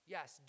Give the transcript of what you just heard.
Yes